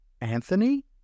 Anthony